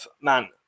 man